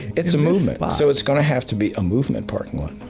it's a movement, so it's gonna have to be a movement parking lot.